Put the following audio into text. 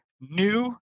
New